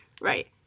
Right